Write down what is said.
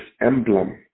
emblem